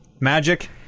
magic